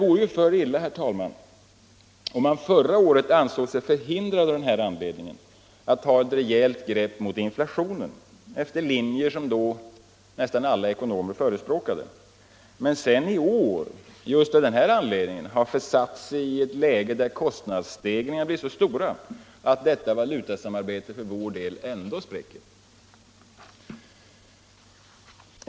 När man förra året av denna anledning ansåg sig förhindrad att ta ett rejält grepp mot inflationen efter linjer som då nästan alla ekonomer förespråkade vore det för illa om man nu i år, av just den anledningen, har försatt sig i ett sådant läge att kostnadsstegringarna blir så stora att detta valutasamarbete för vår del ändå spricker.